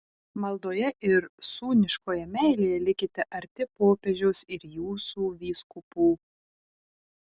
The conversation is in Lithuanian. maldoje ir sūniškoje meilėje likite arti popiežiaus ir jūsų vyskupų